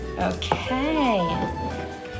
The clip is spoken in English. Okay